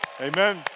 Amen